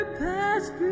past